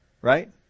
right